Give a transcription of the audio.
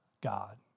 God